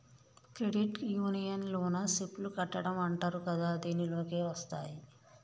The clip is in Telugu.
క్రెడిట్ యూనియన్ లోన సిప్ లు కట్టడం అంటరు కదా దీనిలోకే వస్తాయ్